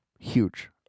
Huge